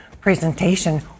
presentation